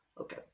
okay